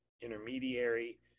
intermediary